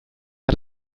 hat